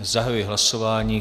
Zahajuji hlasování.